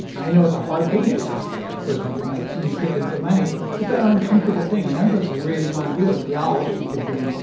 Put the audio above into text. i know it's a hard thing to ask for something like can you kick in some money? it's ah an uncomfortable thing. none of us really want to do it. we all wish we could be.